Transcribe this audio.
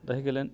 रहि गेलनि